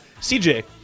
CJ